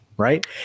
Right